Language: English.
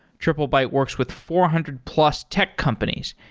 triplebyte works with four hundred plus tech companies,